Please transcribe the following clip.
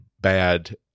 bad